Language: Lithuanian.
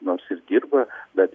nors ir dirba bet